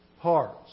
parts